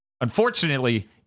Unfortunately